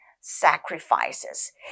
sacrifices